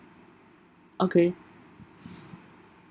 okay